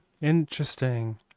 Interesting